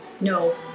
No